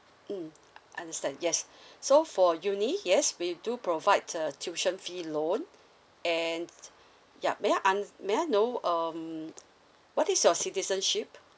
mm understand yes so for uni yes we do provide uh tuition fee loan and yup may I un~ may I know um what is your citizenship